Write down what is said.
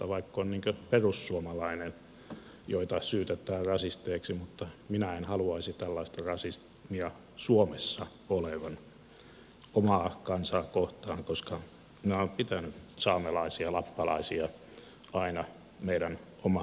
vaikka olen perussuomalainen ja perussuomalaisia syytetään rasisteiksi minä en haluaisi tällaista rasismia suomessa olevan omaa kansaa kohtaan koska minä olen pitänyt saamelaisia ja lappalaisia aina meidän omana kansana